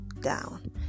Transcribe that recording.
down